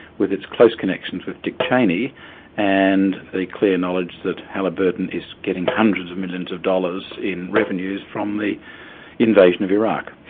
with its close connections with dick cheney and the clear knowledge that halliburton is getting hundreds of millions of dollars in revenues from the invasion of iraq.